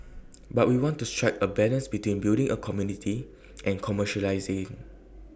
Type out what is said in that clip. but we want to strike A balance between building A community and commercialising